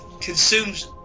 consumes